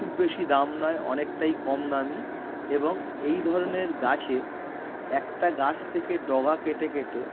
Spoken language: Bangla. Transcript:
খুব বেশি দাম নয় অনেকটাই কম দামি এবং এই ধরনের গাছের একটা গাছ থেকে ডগা কেটে কেটে